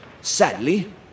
sadly